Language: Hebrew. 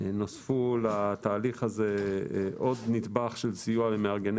נוספו לתהליך הזה עוד נדבך של סיוע למארגני